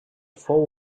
fou